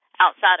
outside